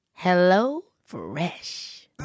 HelloFresh